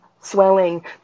swelling